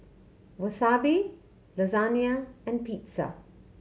Wasabi Lasagne and Pizza